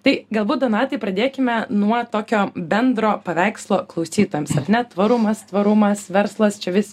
tai galbūt donatai pradėkime nuo tokio bendro paveikslo klausytojams ne tvarumas tvarumas verslas čia vis